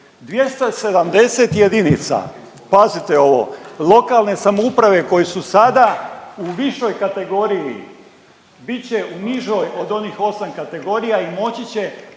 270 jedinica, pazite ovo, lokalne samouprave koje su sada u višoj kategoriji, bit će u nižoj od onih 8 kategorija i moći će